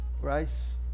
rice